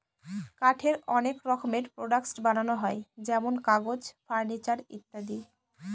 কাঠের অনেক রকমের প্রডাক্টস বানানো হয় যেমন কাগজ, ফার্নিচার ইত্যাদি